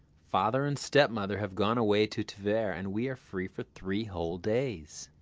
father and stepmother have gone away to tver, and we are free for three whole days!